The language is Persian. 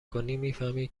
کنی، میفهمی